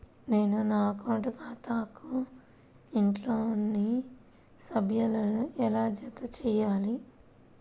నేను నా అకౌంట్ ఖాతాకు ఇంట్లోని సభ్యులను ఎలా జతచేయాలి?